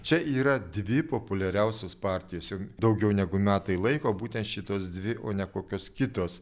čia yra dvi populiariausios partijos jau daugiau negu metai laiko būtent šitos dvi o ne kokios kitos